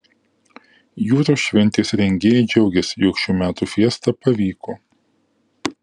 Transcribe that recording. jūros šventės rengėjai džiaugiasi jog šių metų fiesta pavyko